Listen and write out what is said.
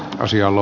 asialla